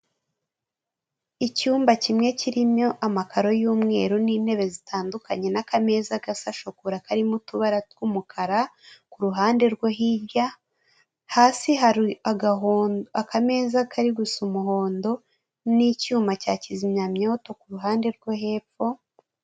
Icyumba kimwe kirimo amakaro y'umweru n'intebe zitandukanye, n'akameza gasa shokora karimo utubara tw'umukara, ku ruhande rwo hirya, hasi hari akameza kari gusa umuhondo, n'icyuma cya kizimyamwoto ku ruhande rwo hepfo.